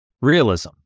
realism